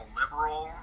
liberal